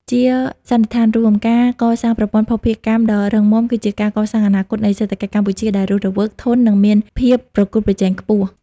ជាសន្និដ្ឋានរួម ការកសាងប្រព័ន្ធភស្តុភារកម្មដ៏រឹងមាំ គឺជាការកសាងអនាគតនៃសេដ្ឋកិច្ចកម្ពុជាដែលរស់រវើក ធន់ និងមានភាពប្រកួតប្រជែងខ្ពស់។